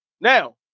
Now